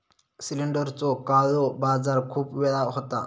सिलेंडरचो काळो बाजार खूप वेळा होता